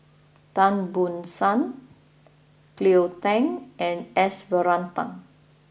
Tan Ban Soon Cleo Thang and S Varathan